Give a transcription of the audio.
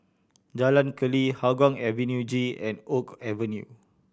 Jalan Keli Hougang Avenue G and Oak Avenue